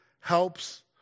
helps